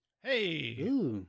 Hey